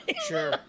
Sure